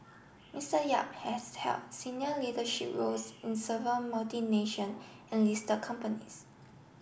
Mister Yap has held senior leadership roles in server multi nation and list their companies